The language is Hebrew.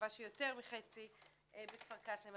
מקווה שיותר מחצי בכפר קאסם,